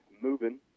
moving